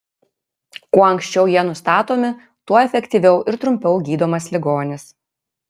kuo anksčiau jie nustatomi tuo efektyviau ir trumpiau gydomas ligonis